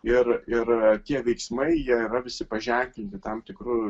ir ir tie veiksmai jie yra visi paženklinti tam tikru